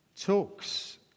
talks